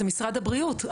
זה משרד הבריאות.